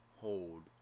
hold